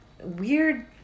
weird